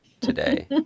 today